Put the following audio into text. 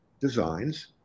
Designs